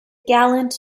gallant